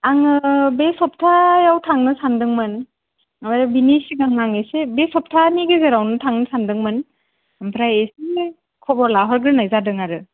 आंङो बे सप्तायाव थांनो सानदोंमोन आमफ्राय बिनि सिगां आं एसे बे सप्तानि गेजेरावनो थांनो सानदोंमोन आमफ्राय बिदिनो खबर लाहरग्रोनाय जादों आरो